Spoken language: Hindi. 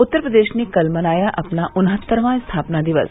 उत्तर प्रदेश ने कल मनाया अपना उन्हत्तरवां स्थापना दिवस